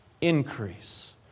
increase